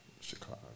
Chicago